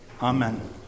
Amen